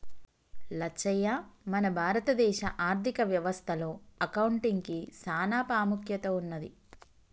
లచ్చయ్య మన భారత దేశ ఆర్థిక వ్యవస్థ లో అకౌంటిగ్కి సాన పాముఖ్యత ఉన్నది